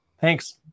Thanks